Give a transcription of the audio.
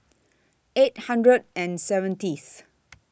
eight hundred and seventh